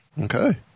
Okay